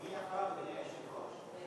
אני אחריו, אדוני היושב-ראש.